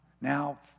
Now